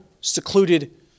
secluded